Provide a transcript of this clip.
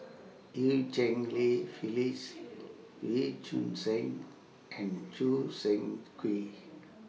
EU Cheng Li Phyllis Wee Choon Seng and Choo Seng Quee